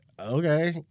Okay